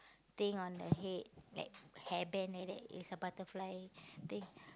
thing on the head like hairband like that is a butterfly think